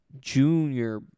junior